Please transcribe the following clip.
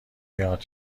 یاد